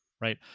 right